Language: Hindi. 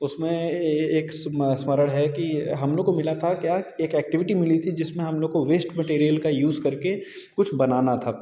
उसमें एक स्मरण है कि हम लोग को मिला था क्या एक एक्टिविटी मिली थी जिसमें हम लोग को वेश्ट मैटीरियल का यूज़ करके कुछ बनाना था